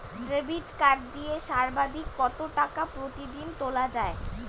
Debit card দিয়ে সর্বাধিক কত টাকা প্রতিদিন তোলা য়ায়?